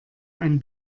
ein